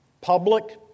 public